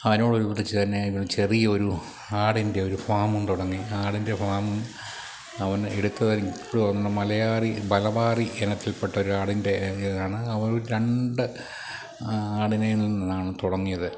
അതിനോടനുബന്ധിച്ചു തന്നെ ഇവൻ ചെറിയൊരു ആടിൻ്റെ ഒരു ഫാമും തുടങ്ങി ആടിൻ്റെ ഫാം അവൻ എടുത്തത് ഇപ്പോഴും ഓർമ മലയാറി മലബാറി ഇനത്തിൽപ്പെട്ട ഒരാടിൻ്റെ ഇതാണ് അവനൊരു രണ്ട് ആടിനെ നിന്നാണ് തുടങ്ങിയത്